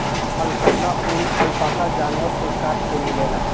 alpaca ऊन, alpaca जानवर से काट के मिलेला